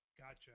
Gotcha